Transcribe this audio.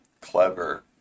clever